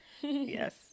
Yes